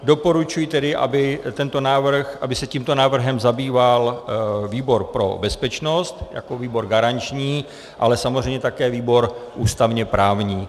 Doporučuji tedy, aby se tímto návrhem zabýval výbor pro bezpečnost jako výbor garanční, ale samozřejmě také výbor ústavněprávní.